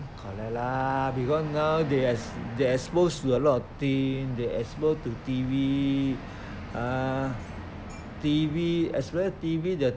correct lah beecause now they exposed to a lot of thing they exposed to T_V ah T_V also very T_V there